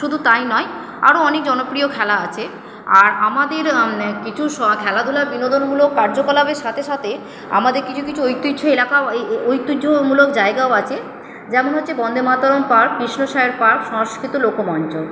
শুধু তাই নয় আরও অনেক জনপ্রিয় খেলা আছে আর আমাদের মানে কিছু খেলাধুলো বিনোদনমূলক কার্যকলাপের সাথে সাথে আমাদের কিছু কিছু ঐতিহ্য এলাকা ঐতিহ্যমূলক জায়গাও আছে যেমন হচ্ছে বন্দেমাতরম পার্ক কৃষ্ণসায়র পার্ক সংস্কৃত লোকমঞ্চ